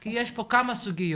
כי יש פה כמה סוגיות.